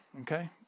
Okay